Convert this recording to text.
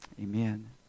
Amen